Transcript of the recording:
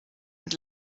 und